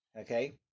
Okay